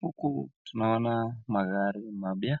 Huku tunaona magari mapya,